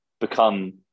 become